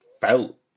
felt